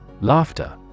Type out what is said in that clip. Laughter